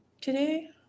today